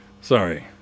Sorry